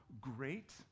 great